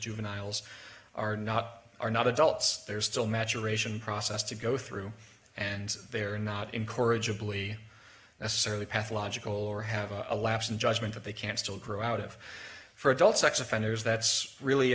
juveniles are not are not adults they're still maturation process to go through and they are not encourage a bully necessarily pathological or have a lapse in judgment that they can still grow out of for adult sex offenders that's really